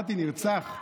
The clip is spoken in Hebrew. נרצח,